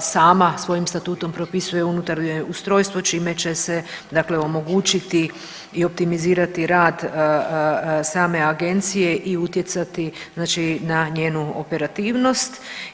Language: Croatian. sama svojim statutom propisuje unutarnje ustrojstvo čime će se omogućiti i optimizirati rad same agencije i utjecati na njenu operativnost.